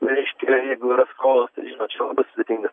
reiškia jeigu yra skolos tai žinot čia labai sudėtinga